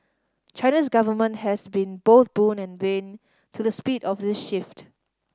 China's government has been both boon and bane to the speed of the shift